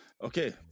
okay